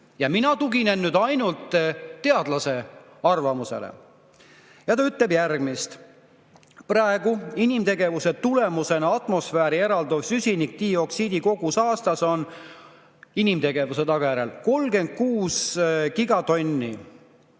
Mina tuginen ainult teadlase arvamusele. Ja ta ütleb järgmist. Praegu inimtegevuse tulemusena atmosfääri eralduva süsinikdioksiidi kogus aastas on inimtegevuse tagajärjel 36 gigatonni,